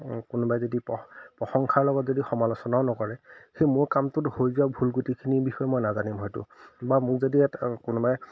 কোনোবাই যদি প্ৰ প্ৰশংসাৰ লগত যদি সমালোচনাও নকৰে সেই মোৰ কামটোত হৈ যোৱা ভুল গোটেইখিনিৰ বিষয়ে মই নাজানিম হয়তো বা মোক যদি ইয়াত কোনোবাই